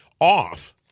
off